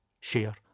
share